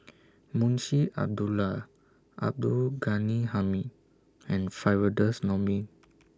Munshi Abdullah Abdul Ghani Hamid and Firdaus Nordin